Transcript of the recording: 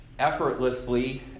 effortlessly